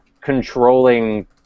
controlling